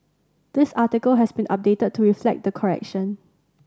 this article has been updated to reflect the correction